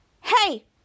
Hey